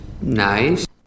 nice